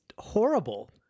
horrible